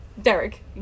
Derek